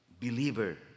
believer